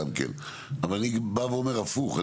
אבל אני אומר הפוך,